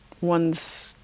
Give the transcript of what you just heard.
one's